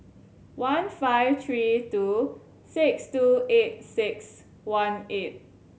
one five three two six two eight six one eight